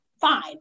fine